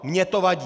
Mně to vadí!